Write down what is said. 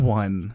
one